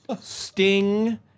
Sting